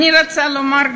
אני רוצה לומר,